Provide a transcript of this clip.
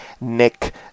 Nick